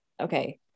okay